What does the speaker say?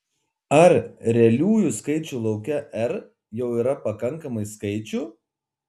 ar realiųjų skaičių lauke r jau yra pakankamai skaičių